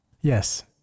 Yes